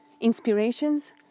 inspirations